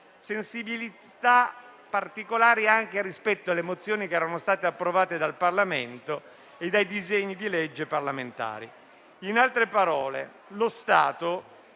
sensibilità particolari, anche rispetto alle mozioni approvate dal Parlamento e ai disegni di legge parlamentari. In altre parole, lo Stato